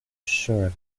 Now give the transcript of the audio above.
sure